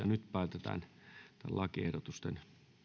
nyt päätetään lakiehdotusten